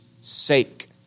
sake